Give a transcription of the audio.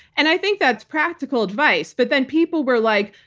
and i think that's practical advice, but then people were like,